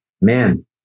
man